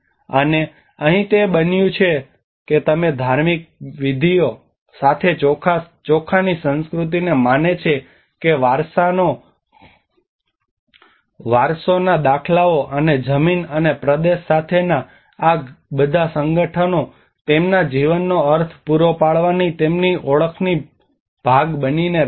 અને અહીં તે બન્યું છે કે તમે બધી ધાર્મિક વિધિઓ સાથે ચોખાની સંસ્કૃતિને માને છે કે વારસોના દાખલાઓ અને જમીન અને પ્રદેશ સાથેના આ બધા સંગઠનો તેમના જીવનનો અર્થ પૂરો પાડવાની તેમની ઓળખનો ભાગ બનીને રહે છે